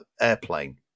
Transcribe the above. Airplane